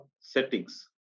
settings